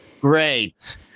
Great